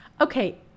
Okay